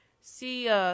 see